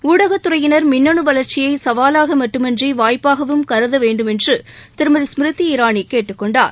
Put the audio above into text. ஊடகத் துறையினா் மின்னணு வளா்ச்சியை சவாலாக மட்டுமன்றி வாய்ப்பாகவும் கருத வேண்டுமென்று திருமதி ஸ்மிருதி இரானி கேட்டுக் கொண்டார்